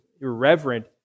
irreverent